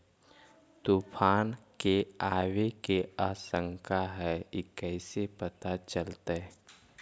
तुफान के आबे के आशंका है इस कैसे पता चलतै?